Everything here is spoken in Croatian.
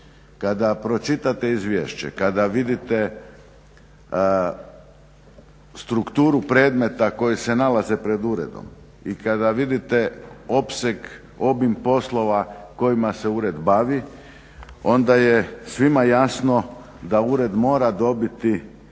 Kada pročitate izvješće, kada vidite strukturu predmeta koji se nalaze pred uredom i kada vidite opseg, obim poslova kojima se ured bavi, onda je svima jasno da ured mora dobiti